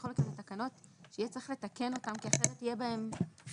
בכל אופן אלה תקנות שיהיה צריך לתקן אותן כי אחרת יהיה בהן חסר,